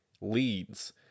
leads